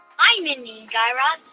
hi, mindy and guy raz.